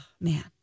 man